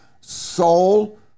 soul